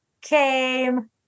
came